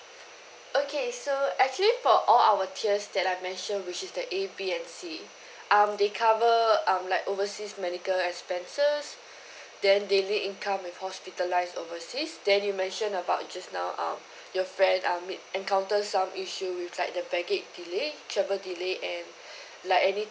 okay so actually for all our tiers that I mentioned which the A B and C um they cover um like overseas medical expenses then daily income with hospitalised overseas then you mentioned about just now um your friend um meet encountered some issue with like the baggage delay travel delayed and like any